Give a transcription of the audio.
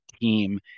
team